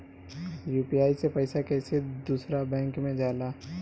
UPI से पैसा कैसे दूसरा बैंक मे जाला?